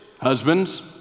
Husbands